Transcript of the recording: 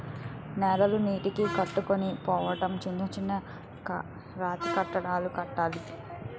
నేలలు నీటికి కొట్టుకొని పోకుండా చిన్న చిన్న రాతికట్టడాలు కట్టాలి